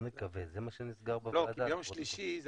אני יודעת